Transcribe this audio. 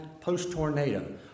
post-tornado